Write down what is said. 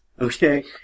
Okay